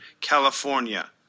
California